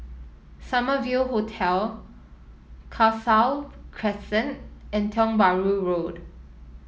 Summer View Hotel Crescent and Tiong Bahru Road